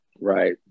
Right